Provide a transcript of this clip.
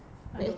I don't know